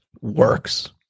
works